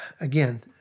again